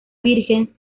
virgen